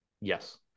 Yes